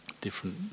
different